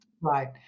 Right